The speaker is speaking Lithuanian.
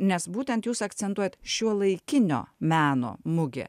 nes būtent jūs akcentuojat šiuolaikinio meno mugė